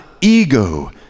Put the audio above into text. ego